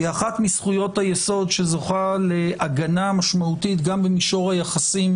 היא אחת מזכויות היסוד שזוכה להגנה משמעותית גם במישור היחסים